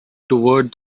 toward